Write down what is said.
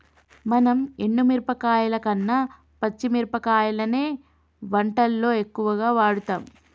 మనం ఎండు మిరపకాయల కన్న పచ్చి మిరపకాయలనే వంటల్లో ఎక్కువుగా వాడుతాం